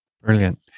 Brilliant